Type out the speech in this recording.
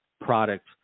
product